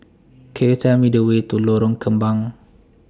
Could YOU Tell Me The Way to Lorong Kembang